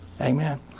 Amen